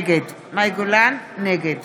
נגד